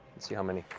see how many.